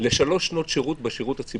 לשלוש שנות שירות בשירות הציבורי,